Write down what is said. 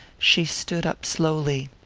she stood up slowly.